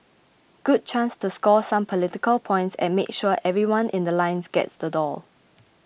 good chance to score some political points and make sure everyone in The Line gets the doll